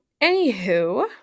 anywho